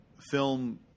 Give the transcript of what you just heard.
film